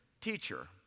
teacher